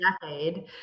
decade